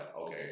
okay